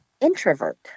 introvert